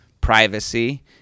privacy